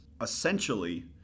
essentially